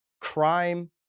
crime